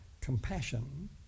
compassion